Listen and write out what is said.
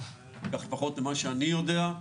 כך לפחות ממה שאני יודע.